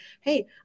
Hey